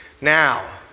Now